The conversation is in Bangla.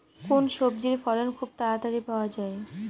কোন সবজির ফলন খুব তাড়াতাড়ি পাওয়া যায়?